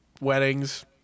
weddings